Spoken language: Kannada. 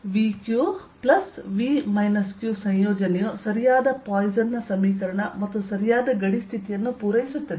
ಆದ್ದರಿಂದ VqV q ಸಂಯೋಜನೆಯು ಸರಿಯಾದ ಪಾಯ್ಸನ್ ನ ಸಮೀಕರಣ ಮತ್ತು ಸರಿಯಾದ ಗಡಿ ಸ್ಥಿತಿಯನ್ನು ಪೂರೈಸುತ್ತದೆ